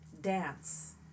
dance